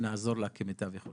נעזור לה כמיטב יכולתנו.